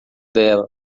dela